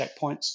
checkpoints